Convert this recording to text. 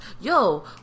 Yo